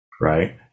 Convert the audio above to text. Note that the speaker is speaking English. right